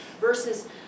Versus